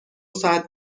ساعت